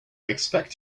expect